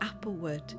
applewood